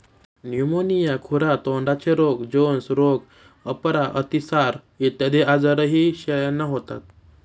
pneumonia, खुरा तोंडाचे रोग, जोन्स रोग, अपरा, अतिसार इत्यादी आजारही शेळ्यांना होतात